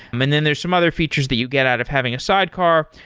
and then there's some other features that you get out of having a sidecar,